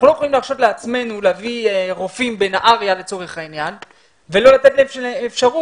אנחנו לא יכולים להרשות לעצמנו להביא רופאים ולא לתת להם אפשרות